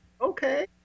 okay